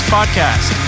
Podcast